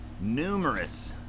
numerous